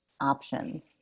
options